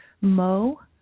Mo